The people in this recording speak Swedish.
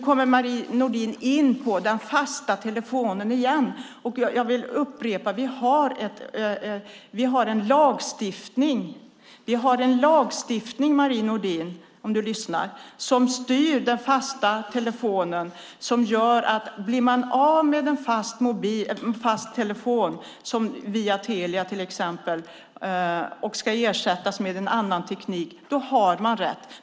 Marie Nordén kommer in på den fasta telefonin igen, och jag vill upprepa att vi har en lagstiftning som styr den fasta telefonin. Blir man av med en fast telefon via till exempel Telia har man rätt att få den ersatt med en annan teknik.